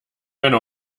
meine